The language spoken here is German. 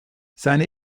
seine